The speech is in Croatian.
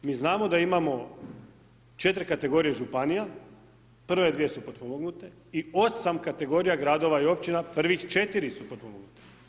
Mi znamo da imamo 4 kategorije županija, prve dvije su potpomognute i 8 kategorija gradova i općina, prvih 4 su potpomognute.